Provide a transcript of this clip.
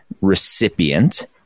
recipient